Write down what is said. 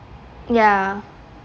ya